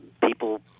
people